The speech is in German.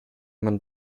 man